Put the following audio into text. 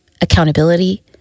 accountability